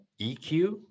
EQ